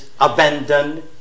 abandoned